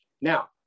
Now